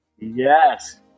Yes